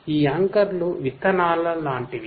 ఈ యాంకర్లు విత్తనాలలాంటివి